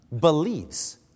believes